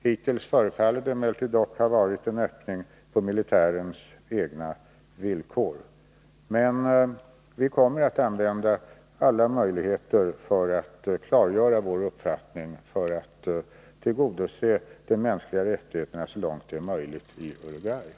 Hittills förefaller det dock ha varit en öppning på militärens egna villkor. Men vi kommer att använda alla möjligheter för att klargöra vår uppfattning — för att så långt det är möjligt tillgodose de mänskliga rättigheterna i Uruguay.